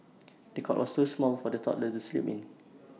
the cot was so small for the toddler to sleep in